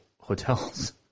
hotels